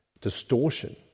distortion